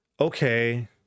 okay